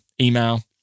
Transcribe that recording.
email